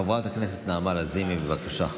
חברת הכנסת נעמה לזימי, בבקשה.